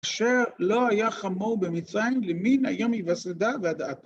‫אשר לא היה חמור במצרים, ‫למין היום היווסדה ועד עתה.